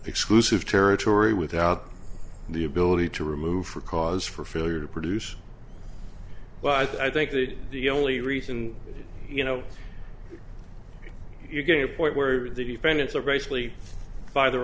exclusive territory without the ability to remove for cause for failure to produce well i think that the only reason you know you get a point where the defendants are basically by their